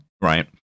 right